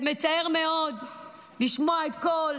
מצער מאוד לשמוע את כל